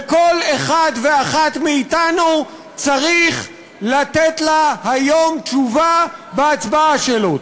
וכל אחד ואחת מאתנו צריך לתת לה היום תשובה בהצבעה שלו.